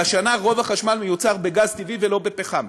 והשנה רוב החשמל מיוצר בגז טבעי ולא בפחם.